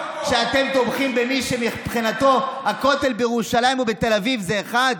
שאתם תומכים במי שמבחינתו הכותל בירושלים או בתל אביב זה אחד?